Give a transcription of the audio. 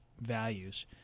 values